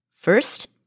First